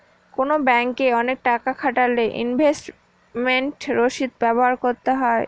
কোনো ব্যাঙ্কে অনেক টাকা খাটালে ইনভেস্টমেন্ট রসিদ ব্যবহার করতে হয়